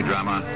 Drama